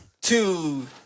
two